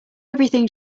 everything